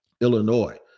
Illinois